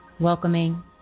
welcoming